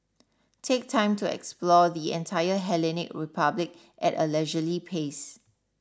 take time to explore the entire Hellenic Republic at a leisurely pace